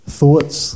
thoughts